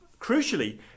crucially